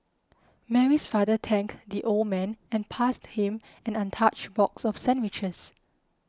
Mary's father thanked the old man and passed him an untouched box of sandwiches